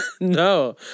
No